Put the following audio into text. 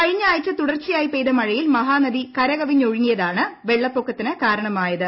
കഴിഞ്ഞ ആഴ്ച തുടർച്ചയായി പെയ്ത മഴയിൽ മഹാനദി കരകവിഞ്ഞൊഴുകിയതാണ് വെള്ളപ്പൊക്കത്തിന് കാരണമായത്